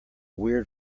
weird